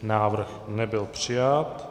Návrh nebyl přijat.